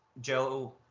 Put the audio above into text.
Joe